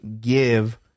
give